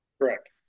correct